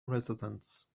residents